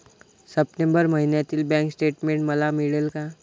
September महिन्यातील bank statement मला मिळेल का?